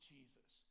Jesus